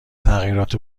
تغییرات